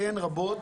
כן, רבות.